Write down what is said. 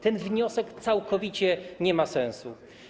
Ten wniosek całkowicie nie ma sensu.